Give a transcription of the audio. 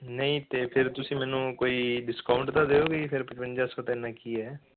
ਨਹੀਂ ਤਾਂ ਫਿਰ ਤੁਸੀਂ ਮੈਨੂੰ ਕੋਈ ਡਿਸਕਾਊਂਟ ਤਾਂ ਦਿਓ ਵੀ ਫਿਰ ਪਚਵੰਜਾ ਸੌ ਅਤੇ ਇੰਨਾਂ ਕੀ ਹੈ